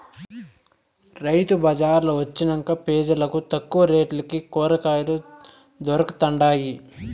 రైతు బళార్లు వొచ్చినంక పెజలకు తక్కువ రేట్లకే కూరకాయలు దొరకతండాయి